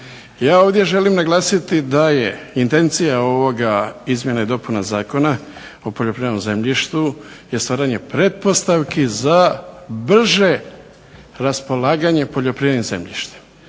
Ja ovdje želim naglasiti da je intencija izmjena i dopuna Zakona o poljoprivrednom zemljištu je stvaranje pretpostavki za brže raspolaganje poljoprivrednim zemljištem.